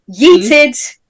yeeted